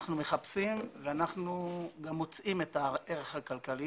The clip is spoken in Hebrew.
אנחנו מחפשים - ואנחנו גם מוצאים את הערך הכלכלי